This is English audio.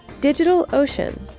DigitalOcean